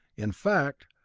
in fact,